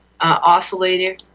oscillator